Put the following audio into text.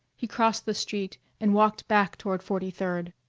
he crossed the street and walked back toward forty-third.